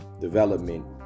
development